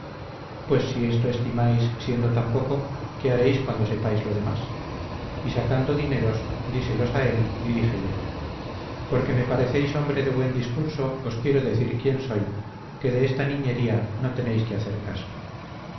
pues si esto estimáis siendo tan poco qué haréis cuando sepáis lo demás y sacando dineros díselos a él y díjele porque me parecéis hombre de buen discurso os quiero decir quién soy que de esta niñería no tenéis que hacer caso